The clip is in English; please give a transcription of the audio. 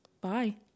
Bye